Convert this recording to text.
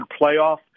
playoff